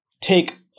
take